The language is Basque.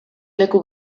leku